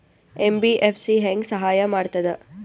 MBFC ಹೆಂಗ್ ಸಹಾಯ ಮಾಡ್ತದ?